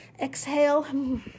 Exhale